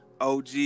OG